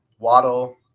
Waddle